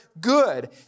good